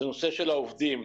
זה הנושא של העובדים.